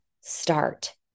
start